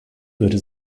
würde